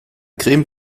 creme